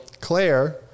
Claire